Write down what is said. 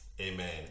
Amen